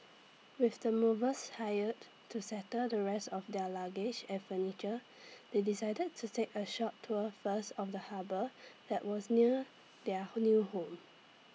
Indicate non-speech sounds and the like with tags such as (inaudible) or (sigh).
with the movers hired to settle the rest of their luggage and furniture they decided to take A short tour first of the harbour that was near their (unintelligible) new home